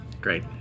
Great